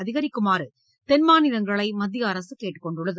அதிகரிக்குமாறு தென்மாநிலங்களை மத்திய அரசு கேட்டுக் கொண்டுள்ளது